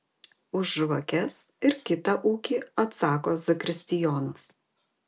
už žvakes ir kitą ūkį atsako zakristijonas